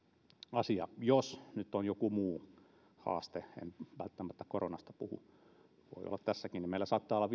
asia jos nyt on joku muu haaste en välttämättä koronasta puhu se voi olla tässäkin meillä saattaa olla